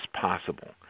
possible